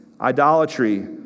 idolatry